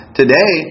today